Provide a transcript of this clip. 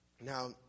Now